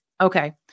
Okay